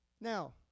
now